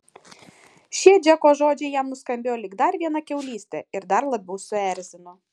šie džeko žodžiai jam nuskambėjo lyg dar viena kiaulystė ir dar labiau suerzino